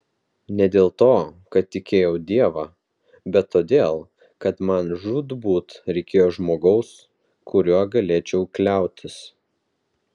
ne dėl to kad tikėjau dievą bet todėl kad man žūtbūt reikėjo žmogaus kuriuo galėčiau kliautis